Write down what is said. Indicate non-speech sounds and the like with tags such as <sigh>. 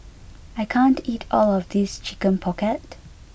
<noise> I can't eat all of this chicken pocket